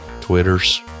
Twitters